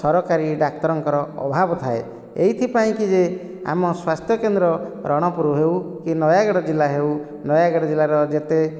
ସରକାରୀ ଡାକ୍ତରଙ୍କର ଅଭାବ ଥାଏ ଏହିଥିପାଇଁ କି ଯେ ଆମ ସ୍ୱାସ୍ଥ୍ୟକେନ୍ଦ୍ର ରଣପୁର ହେଉ କି ନୟାଗଡ଼ ଜିଲ୍ଲା ହେଉ ନୟାଗଡ଼ ଜିଲ୍ଲାର ଯେତେ